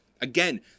again